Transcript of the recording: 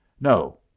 no